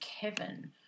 Kevin